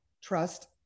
trust